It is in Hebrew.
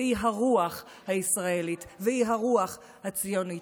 וזו הרוח הישראלית והרוח הציונית.